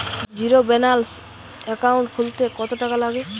Zero balance account খুলতে কত টাকা লাগে?